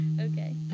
okay